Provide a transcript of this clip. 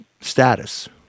status